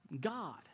God